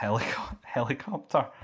helicopter